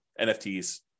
NFTs